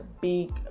big